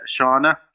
Shauna